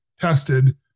tested